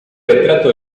retrato